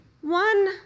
One